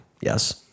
yes